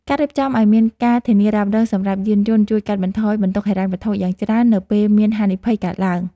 ការរៀបចំឱ្យមានការធានារ៉ាប់រងសម្រាប់យានយន្តជួយកាត់បន្ថយបន្ទុកហិរញ្ញវត្ថុយ៉ាងច្រើននៅពេលមានហានិភ័យកើតឡើង។